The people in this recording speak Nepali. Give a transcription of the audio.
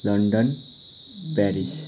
London Paris